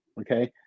okay